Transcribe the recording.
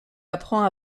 apprend